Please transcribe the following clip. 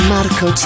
Marco